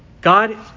God